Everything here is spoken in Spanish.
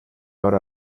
hora